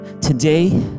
today